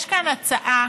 יש כאן הצעה